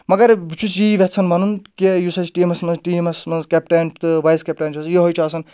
مگر بہٕ چھُس یی یژھان وَنُن کہِ یُس اَسہِ ٹیٖمَس منٛز ٹیٖمَس منٛز کیپٹن تہٕ وایِس کیپٹَن چھُس یِہوے چھُ آسان